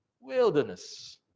wilderness